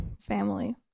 family